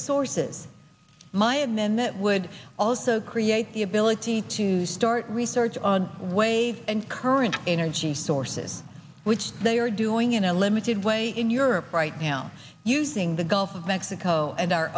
sources my and then that would also create the ability to start research on wave and current energy sources which they are doing in a limited way in europe right now using the gulf of mexico and our